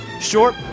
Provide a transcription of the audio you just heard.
short